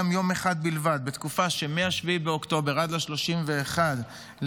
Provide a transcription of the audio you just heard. גם יום אחד בלבד בתקופה שמ-7 באוקטובר עד 31 בדצמבר,